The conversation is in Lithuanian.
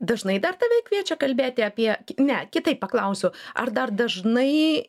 dažnai dar tave kviečia kalbėti apie ne kitaip paklausiu ar dar dažnai